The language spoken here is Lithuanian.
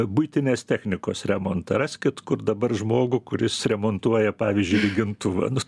buitinės technikos remontą raskit kur dabar žmogų kuris remontuoja pavyzdžiui lygintuvą nu